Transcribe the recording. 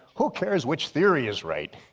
who cares which theory is right.